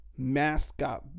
mascot